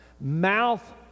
Mouth